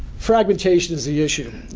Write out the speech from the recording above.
fragmentation is the issue.